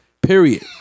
Period